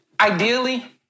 ideally